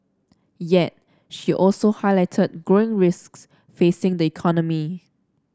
yet she also highlighted growing risks facing the economy